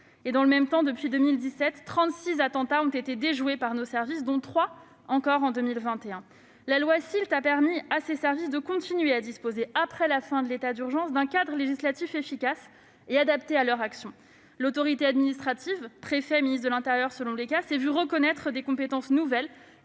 Dans le même temps, 36 attentats ont été déjoués par nos services, dont 3 encore en 2021. Grâce à la loi SILT, ces services ont continué à disposer, après la fin de l'état d'urgence, d'un cadre législatif efficace et adapté à leur action. L'autorité administrative- préfet ou ministre de l'intérieur selon les cas -s'est vue reconnaître des compétences nouvelles,